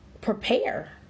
prepare